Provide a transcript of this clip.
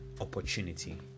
opportunity